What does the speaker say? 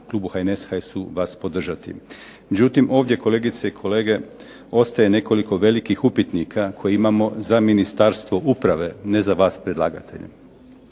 klubu HNS, HSU vas podržati. Međutim ovdje kolegice i kolege ostaje nekoliko velikih upitnika koje imamo za Ministarstvo uprave, ne za vas predlagatelje.